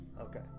Okay